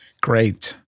Great